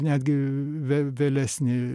netgi ve vėlesnį